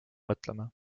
mõtlema